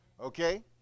okay